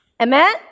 Amen